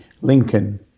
Lincoln